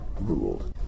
ruled